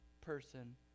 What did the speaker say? person